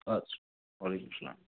آد سا وعلیکُم سلام